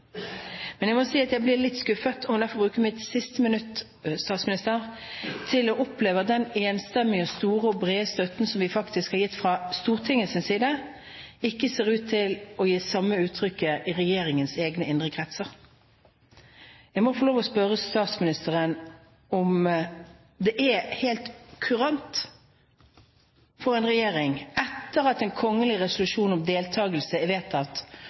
Men jeg må si at jeg blir litt skuffet – og skal derfor bruke mitt siste minutt på det – over å oppleve at den enstemmige, store og brede støtten som vi faktisk har gitt fra Stortingets side, ikke ser ut til å gi seg samme utslag i regjeringens egne, indre kretser. Jeg må få lov til å spørre statsministeren om det er helt kurant for en regjering, etter en kgl. resolusjon om